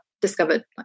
discovered